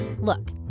Look